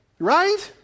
Right